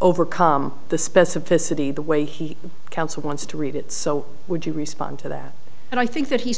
overcome the specificity the way he counsel wants to read it so would you respond to that and i think that he's